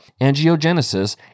angiogenesis